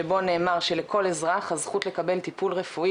שבו נאמר: שלכל אזרח הזכות לקבל טיפול רפואי,